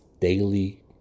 daily